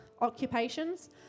occupations